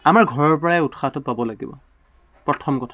আমাৰ ঘৰৰ পৰাই উৎসাহটো পাব লাগিব প্ৰথম কথা